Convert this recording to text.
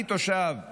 אני תושב דימונה,